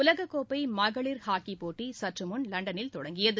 உலக கோப்பை மகளிர் ஹாக்கிப் போட்டி சற்றுமுன் லண்டனில் தொடங்கியது